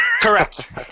Correct